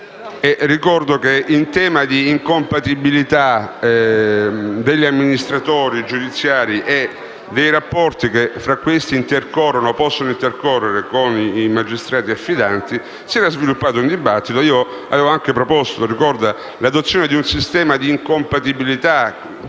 Ricordo che in tema di incompatibilità degli amministratori giudiziari e dei rapporti che tra questi intercorrono, o possono intercorrere, con i magistrati affidanti si era sviluppato un dibattito e io avevo anche proposto - non so se lo si ricorda - l'adozione di un sistema di incompatibilità pari a